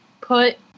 put